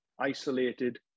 isolated